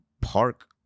park